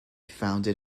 founded